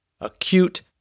acute